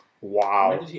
Wow